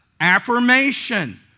Affirmation